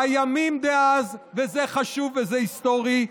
והימים דאז, וזה חשוב וזה היסטורי,